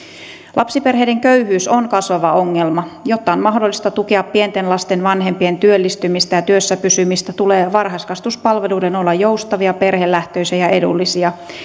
lapsiperheiden köyhyys on kasvava ongelma jotta on mahdollista tukea pienten lasten vanhempien työllistymistä ja työssä pysymistä tulee varhaiskasvatuspalveluiden olla joustavia perhelähtöisiä ja edullisia